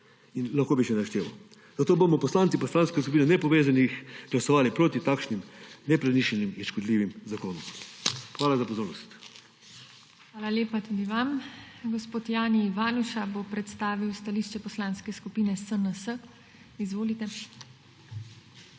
In lahko bi še našteval. Zato bomo poslanci Poslanske skupine nepovezanih glasovali proti takšnim nepremišljenim in škodljivim zakonom. Hvala za pozornost. **PODPREDSEDNICA TINA HEFERLE:** Hvala lepa tudi vam. Gospod Jani Ivanuša bo predstavil stališče Poslanske skupine SNS. Izvolite.